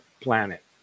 planet